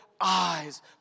eyes